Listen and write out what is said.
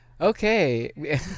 okay